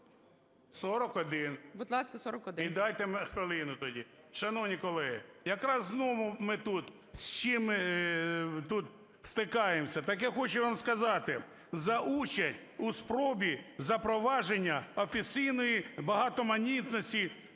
НІМЧЕНКО В.І. І дайте хвилину тоді. Шановні колеги, якраз знову ми тут, з чим тут стикаємося. Так я хочу вам сказати, за участь у спробі запровадження офіційної багатоманітності